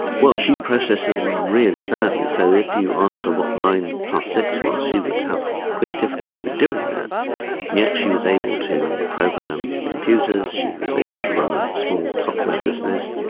well she processed them really badly so if you asked her what nine plus six was she would have great difficulty doing that, and yet she was able to program computers, she was able to run a small software business.